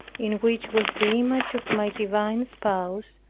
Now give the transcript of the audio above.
in which was the image of my divine spouse,